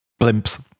Blimps